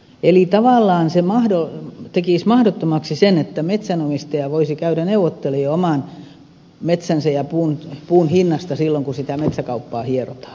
eli tavallaan se tekisi mahdottomaksi sen että metsänomistaja voisi käydä neuvotteluja oman metsänsä ja puunsa hinnasta silloin kun sitä metsäkauppaa hierotaan